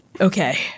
okay